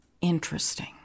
interesting